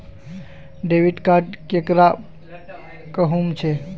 Debit card केकरा कहुम छे?